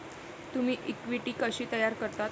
तुम्ही इक्विटी कशी तयार करता?